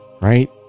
right